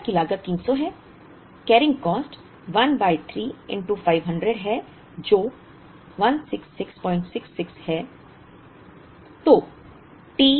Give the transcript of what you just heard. order की लागत 300 है कैरिंग कॉस्ट 1 बाय 3 500 है जो 16666 है